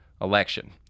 election